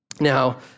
Now